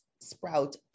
sprout